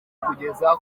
kugeza